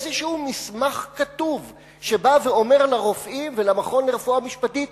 איזה מסמך כתוב שבא ואומר לרופאים ולמכון לרפואה משפטית: